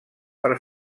per